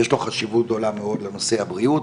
יש לו חשיבות גדולה מאוד לנושא הבריאות,